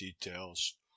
details